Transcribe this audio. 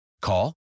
Call